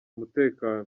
umutekano